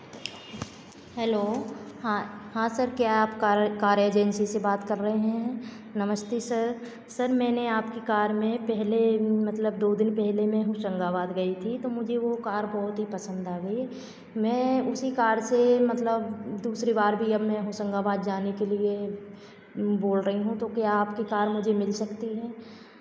hello हाँ हाँ sir क्या आप कार कार एजेंसी से बात कर रहे हैं नमस्ते सर सर मैंने आपकी कार में पहले मतलब दो दिन पहले मैं होशंगाबाद गई थी तो मुझे वो कार बहुत ही पसंद आ गई मैं उसी कार से मतलब दूसरी बार भी अब मैं होशंगाबाद जाने के लिए बोल रही हूं तो क्या आपकी कार मुझे मिल सकती है